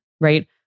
right